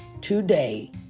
Today